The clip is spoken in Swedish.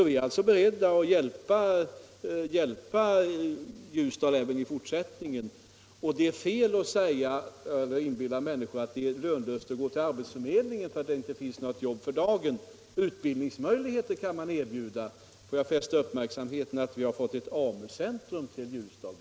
Vi är alltså beredda att hjälpa Ljusdal även i fortsättningen. Och det är fel att inbilla människor att det är lönlöst att gå till arbetsförmedlingen. Även om man på förmedlingen inte kan anvisa något jobb för dagen, så kan man ju ändå erbjuda utbildningsmöjligheter. Jag vill fästa uppmärksamheten på att man bl.a. har fått ett AMU-center i Ljusdal.